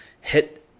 hit